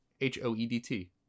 H-O-E-D-T